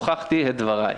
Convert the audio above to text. הוכחתי את דבריי.